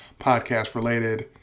podcast-related